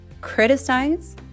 criticize